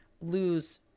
lose